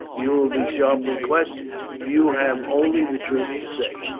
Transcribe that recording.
you will be sharply questioned. you have only the truth to say,